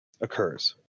occurs